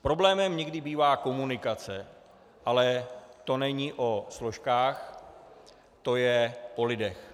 Problémem někdy bývá komunikace, ale to není o složkách, to je o lidech.